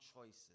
choices